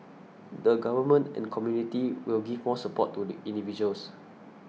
the government and community will give more support to the individuals